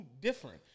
different